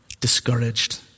Discouraged